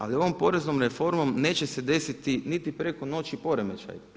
Ali ovom poreznom reformom neće se desiti niti preko noći poremećaj.